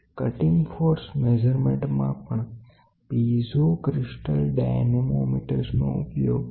compact નેસ ઊંચી natural આવૃતિ અને નીચા તાપમાને સેંસિટીવિટી જેવા ફાયદાઓ ના કારણે આ પિઝો ક્રિસ્ટલ પ્રોડ્યુસર નો ફોર્સ માપન માટે વધુને વધુ ઉપયોગ આજે થાય છે